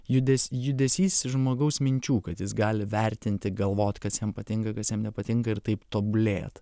judes judesys iš žmogaus minčių kad jis gali vertinti galvot kas jam patinka kas jam nepatinka ir taip tobulėt